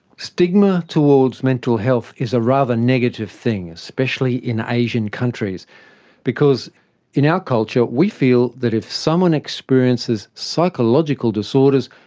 stigma towards mental health is a rather negative thing, especially in asian countries because in our culture we feel that if someone experiences psychological disorders,